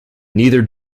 neither